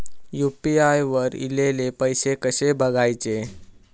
UPI वर ईलेले पैसे कसे बघायचे?